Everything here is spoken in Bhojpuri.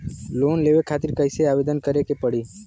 लोन लेवे खातिर कइसे आवेदन करें के पड़ी?